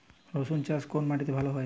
রুসুন চাষ কোন মাটিতে ভালো হয়?